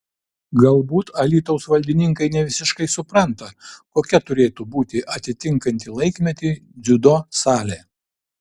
galbūt alytaus valdininkai ne visiškai supranta kokia turėtų būti atitinkanti laikmetį dziudo salė